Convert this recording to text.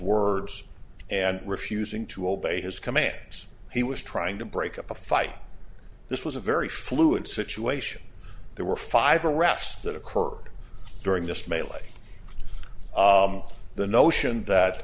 words and refusing to obey his commands he was trying to break up a fight this was a very fluid situation there were five arrests that occurred during this melee the notion that